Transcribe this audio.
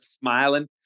smiling